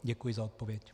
Děkuji za odpověď.